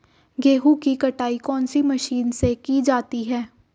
गेहूँ की कटाई कौनसी मशीन से की जाती है?